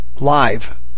live